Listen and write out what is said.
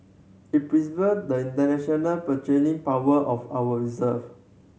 it the international power of our reserve